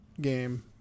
game